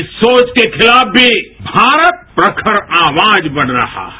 इस सोव के खिलाफ़मी भारत प्रखर आवाज बन रहा है